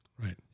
Right